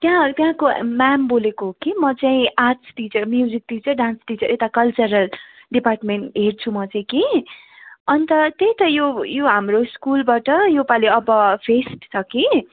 त्यहाँबाट त्यहाँको म्याम बोलेको हो कि म चाहिँ arts teacher music teacher dance teacher यता कल्चरल डिपार्टमेन्ट हेर्छु म चाहिँ कि अन्त त्यही त यो यो हाम्रो स्कुलबाट यसपालि अब फेस्ट छ कि